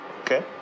okay